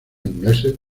ingleses